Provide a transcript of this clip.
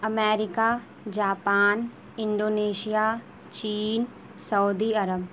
America Japan Indonesia چین سعودی عرب